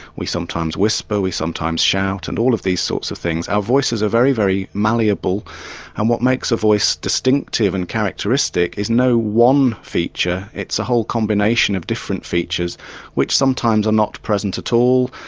we sometimes whisper, we sometimes shout and all of these sorts of things. our voices are very, very malleable and what makes a voice distinctive and characteristic is no one feature it's a whole combination of different features which sometimes are not present at all.